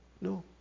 No